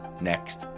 next